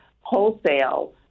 wholesale